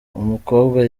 umukobwa